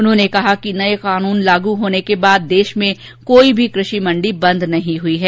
उन्होंने कहा कि नये कानून लागू होने के बाद देश में कोई भी क्रषि मंडी बंद नहीं हई है